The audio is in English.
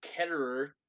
Ketterer